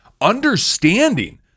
understanding